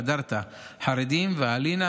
"והדרת" חרדים ו"אהלינא".